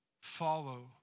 Follow